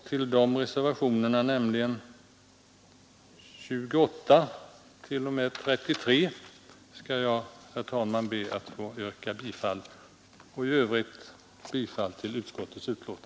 Till de reservationerna, nämligen nr 28, 29, 30, 31, 32 och 33, ber jag, herr talman, att få yrka bifall. I övrigt yrkar jag bifall till utskottets hemställan.